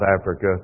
Africa